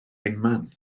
unman